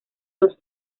los